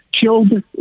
killed